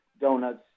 donuts